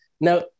Now